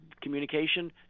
Communication